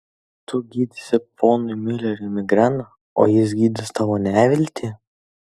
tu gydysi ponui miuleriui migreną o jis gydys tavo neviltį